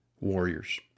warriors